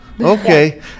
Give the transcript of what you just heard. okay